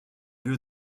lieu